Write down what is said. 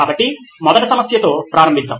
కాబట్టి మొదటి సమస్యతో ప్రారంభిద్దాం